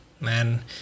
Man